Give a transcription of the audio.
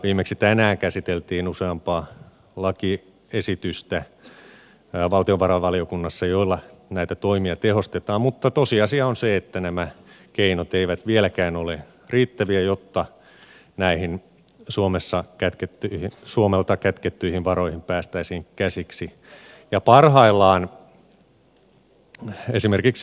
viimeksi tänään valtiovarainvaliokunnassa käsiteltiin useampaa lakiesitystä joilla näitä toimia tehostetaan mutta tosiasia on se että nämä keinot eivät vieläkään ole riittäviä jotta näihin suomelta kätkettyihin varoihin päästäisiin käsiksi